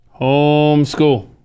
Homeschool